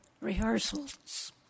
rehearsals